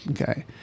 Okay